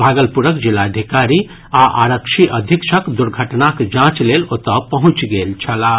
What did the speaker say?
भागलपुरक जिलाधिकारी आ आरक्षी अधीक्षक दुर्घटनाक जांच लेल ओतऽ पहुंचि गेल छलाह